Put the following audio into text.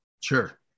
Sure